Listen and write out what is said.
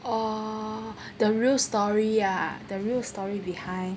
oh the real story ah the real story behind